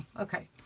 okay.